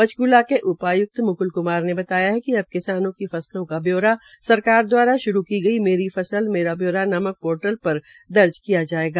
पंचकूला के उपायुक्त क्मार ने बताया कि अब किसानों की फसलों का ब्यौरा सरकार मकल दवारा श्रू की गई मेरी फसल मेरा ब्यौरा नामक पोर्टल पर दर्ज किया जायेगा